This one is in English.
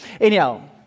Anyhow